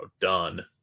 done